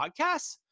podcasts